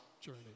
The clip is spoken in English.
journey